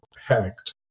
hacked